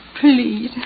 Please